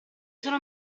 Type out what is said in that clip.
sono